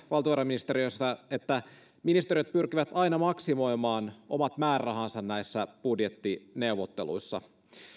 valtiovarainministeriössä sen että ministeriöt pyrkivät aina maksimoimaan omat määrärahansa näissä budjettineuvotteluissa